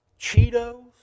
Cheetos